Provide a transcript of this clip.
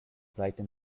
brightened